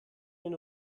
den